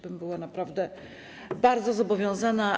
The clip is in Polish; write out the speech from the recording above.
Byłabym naprawdę bardzo zobowiązana.